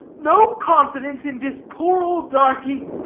no confidence in dis poor ole darkie,